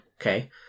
Okay